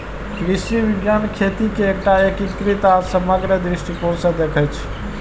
कृषि विज्ञान खेती कें एकटा एकीकृत आ समग्र दृष्टिकोण सं देखै छै